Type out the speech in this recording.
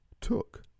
took